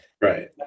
right